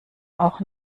auch